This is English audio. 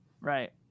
Right